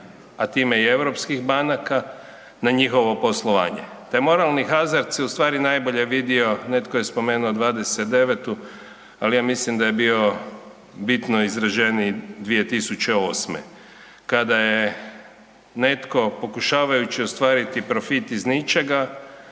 a time i europskih banaka na njihovo poslovanje. Taj moralni hazard se u stvari najbolje vidio netko je spomenuo '29.-tu, ali ja mislim da je bio bitno izraženiji 2008. kada je netko pokušavajući ostvariti profit iz ničega